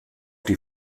die